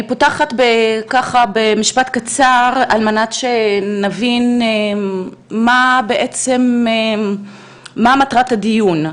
אני פותחת במשפט קצר על מנת שנבין מה מטרת הדיון.